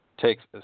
takes